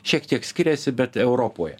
šiek tiek skiriasi bet europoje